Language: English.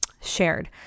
shared